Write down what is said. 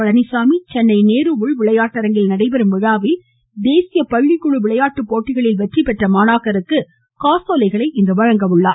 பழனிசாமி சென்னை நேரு உள் விளையாட்டரங்கில் நடைபெறும் விழாவில் தேசிய பள்ளிக்குழு விளையாட்டு போட்டிகளில் வெற்றி பெற்ற மாணாக்கருக்கு காசோலைகளை இன்று வழங்குகிறார்